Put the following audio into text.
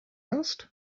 asked